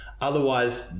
Otherwise